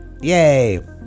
Yay